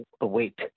await